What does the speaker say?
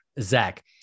Zach